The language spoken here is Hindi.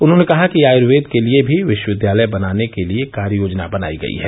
उन्होंने कहा कि आयुर्वेद के लिये भी विश्वविद्यालय बनाने के लिये कार्य योजना बनाई गई है